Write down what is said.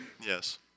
Yes